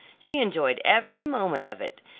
she enjoyed every moment of it,